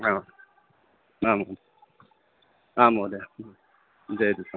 हा आम् आम् महोदय जयतु